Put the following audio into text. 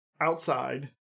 Outside